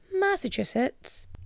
Massachusetts